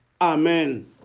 Amen